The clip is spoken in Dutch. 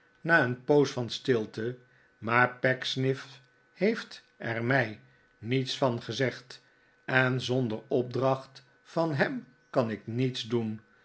na een poos van stilte maar pecksniff heeft er mij niets van gezegd en zonder opdracht van hem kan ik niets doen